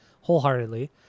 wholeheartedly